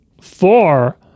Four